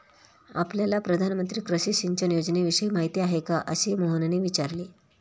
आपल्याला प्रधानमंत्री कृषी सिंचन योजनेविषयी माहिती आहे का? असे मोहनने विचारले